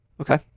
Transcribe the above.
Okay